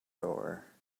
door